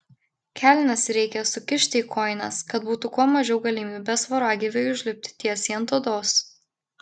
kelnes reikia sukišti į kojines kad būtų kuo mažiau galimybės voragyviui užlipti tiesiai ant odos